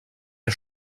der